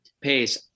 pace